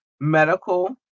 Medical